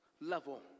level